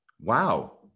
wow